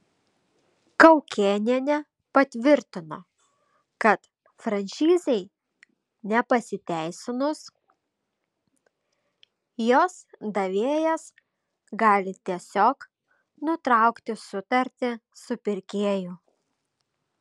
kaukėnienė patvirtino kad franšizei nepasiteisinus jos davėjas gali tiesiog nutraukti sutartį su pirkėju